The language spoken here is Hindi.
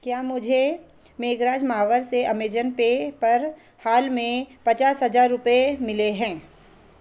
क्या मुझे मेघराज मावर से अमेज़न पे पर हाल में पचास हज़ार रुपये मिले हैं